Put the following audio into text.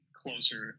closer